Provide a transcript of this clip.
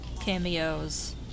cameos